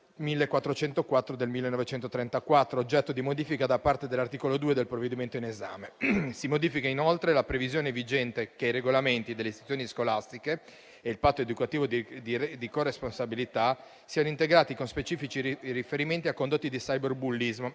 n. 1404 del 1934, oggetto di modifica da parte dell'articolo 2 del provvedimento in esame. Si modifica inoltre la previsione vigente che i regolamenti delle istituzioni scolastiche e il patto educativo di corresponsabilità siano integrati con specifici riferimenti a condotte di cyberbullismo